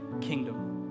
kingdom